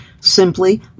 simply